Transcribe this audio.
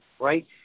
right